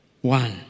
One